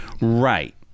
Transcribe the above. right